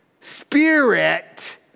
spirit